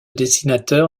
dessinateur